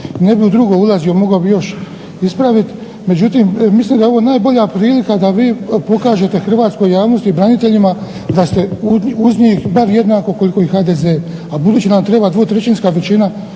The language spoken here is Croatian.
Ne bih u drugo ulazio, mogao bih još ispraviti, međutim mislim da je ovo najbolja prilika da vi pokažete hrvatskoj javnosti i braniteljima da ste uz njih bar jednako koliko i HDZ, a budući nam treba dvotrećinska većina